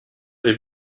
sie